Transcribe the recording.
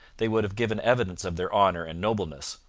they would have given evidence of their honour and nobleness,